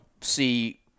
see